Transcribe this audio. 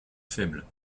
faible